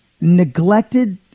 neglected